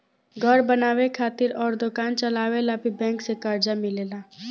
घर बनावे खातिर अउर दोकान चलावे ला भी बैंक से कर्जा मिलेला